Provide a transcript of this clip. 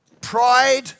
pride